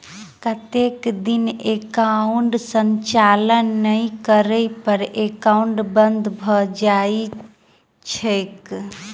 कतेक दिन एकाउंटक संचालन नहि करै पर एकाउन्ट बन्द भऽ जाइत छैक?